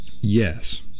Yes